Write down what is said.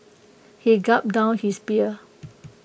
he gulped down his beer